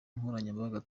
nkoranyambaga